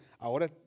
Ahora